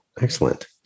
Excellent